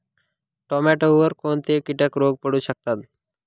टोमॅटोवर कोणते किटक रोग पडू शकतात?